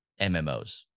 MMOs